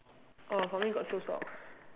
orh for me got two socks